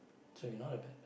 so you're not a bad per~